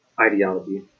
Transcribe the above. ideology